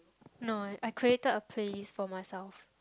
no I created a playlist for myself